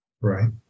right